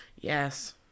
Yes